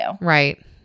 Right